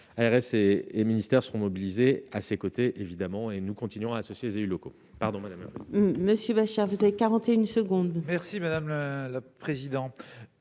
et et ministères seront mobilisés à ses côtés, évidemment, et nous continuerons à ce ces élus locaux,